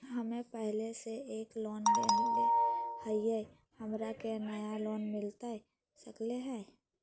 हमे पहले से एक लोन लेले हियई, हमरा के नया लोन मिलता सकले हई?